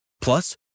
Plus